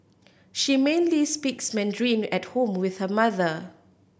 she mainly speaks Mandarin at home with her mother